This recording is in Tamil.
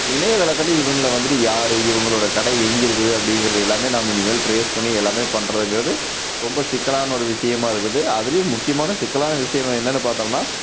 இப்போ இணையத்தளத்தில் இவங்களை வந்துவிட்டு யார் இவங்களோட கடை எங்கே இருக்குது அப்படிங்கிறதை எல்லாம் நாம் இனிமேல் ட்ரேஸ் பண்ணி எல்லாம் பண்ணுறதுங்கிறது ரொம்ப சிக்கலான ஒரு விஷயமாக இருக்குது அதுலேயும் முக்கியமான சிக்கலான விஷயம் என்னென்னு பாத்தோம்னா